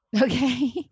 Okay